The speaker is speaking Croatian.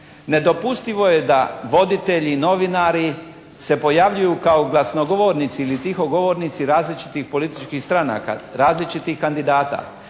Nedopustivo je da voditelji, novinari se pojavljuju kao glasnogovornici ili tihogovornici različitih političkih stranaka, različitih kandidata.